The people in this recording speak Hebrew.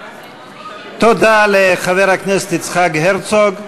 תודה לחבר הכנסת יצחק הרצוג.